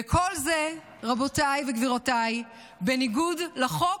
וכל זה, רבותיי וגבירותיי, בניגוד לחוק,